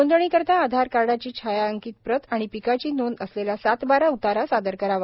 नोंदणीकरिता आधारकार्डाची छायांकित प्रत आणि पिकाची नोंद असलेला सातबारा उतारा सादर करावा